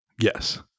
Yes